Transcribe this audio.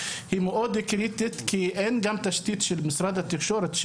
היא מאוד קריטית כי אין גם תשתית של משרד התקשורת,